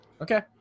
Okay